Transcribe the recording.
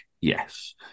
Yes